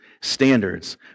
standards